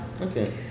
okay